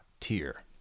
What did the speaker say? tier